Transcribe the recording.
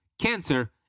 cancer